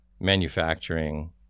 manufacturing